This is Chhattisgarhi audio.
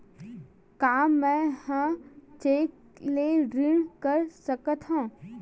का मैं ह चेक ले ऋण कर सकथव?